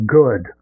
good